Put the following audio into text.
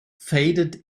faded